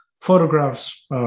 photographs